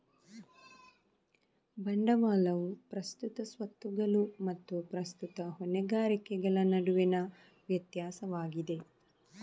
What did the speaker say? ಬಂಡವಾಳವು ಪ್ರಸ್ತುತ ಸ್ವತ್ತುಗಳು ಮತ್ತು ಪ್ರಸ್ತುತ ಹೊಣೆಗಾರಿಕೆಗಳ ನಡುವಿನ ವ್ಯತ್ಯಾಸವಾಗಿದೆ